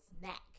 Snack